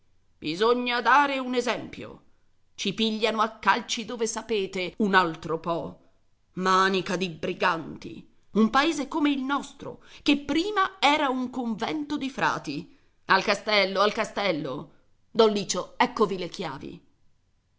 bisogna dare un esempio ci pigliavano a calci dove sapete un altro po manica di birbanti un paese come il nostro che prima era un convento di frati al castello al castello don liccio eccovi le chiavi